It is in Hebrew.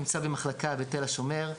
נמצא במחלקה בתל השומר,